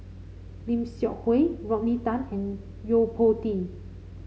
Lim Seok Hui Rodney Tan and Yo Po Tee